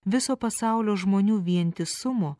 viso pasaulio žmonių vientisumo